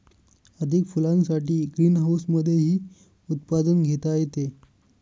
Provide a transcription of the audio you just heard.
अधिक फुलांसाठी ग्रीनहाऊसमधेही उत्पादन घेता येते